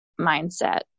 mindset